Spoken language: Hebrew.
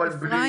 אפרים,